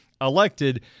Elected